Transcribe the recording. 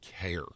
care